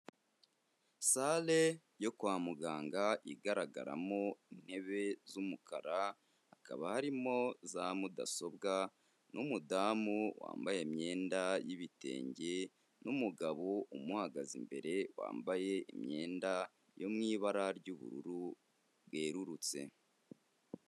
Sale yo kwa muganga igaragaramo intebe z'umukara, hakaba harimo za mudasobwa n'umudamu wambaye imyenda y'ibitenge n'umugabo umuhagaze imbere, wambaye imyenda yo mu ibara ry'ubururu bwererutse.